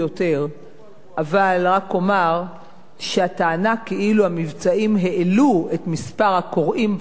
אבל רק אומר שהטענה כאילו המבצעים העלו את מספר הקוראים בעשור האחרון,